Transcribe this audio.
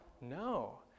No